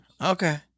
Okay